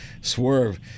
swerve